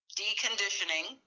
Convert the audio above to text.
deconditioning